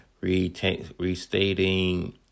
restating